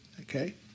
Okay